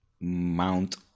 Mount